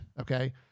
Okay